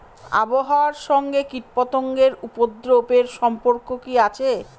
আবহাওয়ার সঙ্গে কীটপতঙ্গের উপদ্রব এর সম্পর্ক কি আছে?